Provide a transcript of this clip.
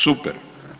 Super!